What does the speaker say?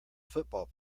football